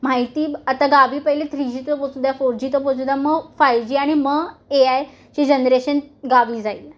माहिती आता गावी पहिले थ्री जी तर पोचू द्या फोर जी तर पोचू द्या मग फाईव जी आणि मग ए आयची जनरेशन गावी जाईल